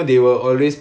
okay